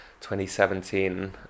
2017